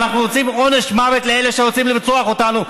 אנחנו רוצים עונש מוות לאלה שרוצים לרצוח אותנו.